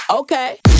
Okay